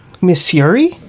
Missouri